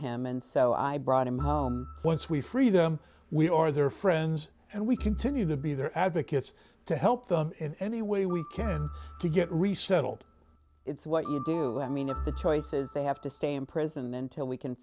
him and so i brought him home once we free them we are their friends and we continue to be their advocates to help them in any way we can to get resettled it's what you do i mean if the choices they have to stay in prison until we can